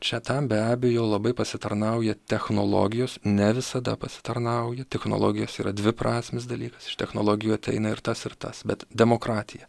čia tam be abejo labai pasitarnauja technologijos ne visada pasitarnauja technologijos yra dviprasmis dalykas iš technologijų ateina ir tas ir tas bet demokratija